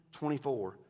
24